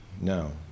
no